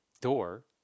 door